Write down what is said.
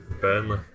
Burnley